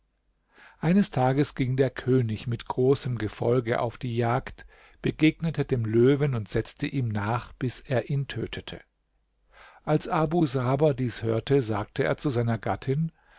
eines tages ging der könig mit großem gefolge auf die jagd begegnete dem löwen und setzte ihm nach bis er ihn tötete als abu saber dies hörte sagte er zu seiner gattin